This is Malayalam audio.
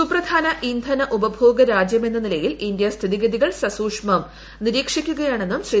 സുപ്രധാന ഇന്ധന ഉപഭോഗ രാജ്യമെന്ന് ത്ലില്യിൽ ഇന്ത്യ സ്ഥിതിഗതികൾ സൂക്ഷ്മമായി നിരീക്ഷിക്കുക്യാണ്ണെന്നും ശ്രീ